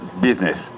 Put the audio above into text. business